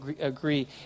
agree